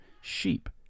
sheep